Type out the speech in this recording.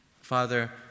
Father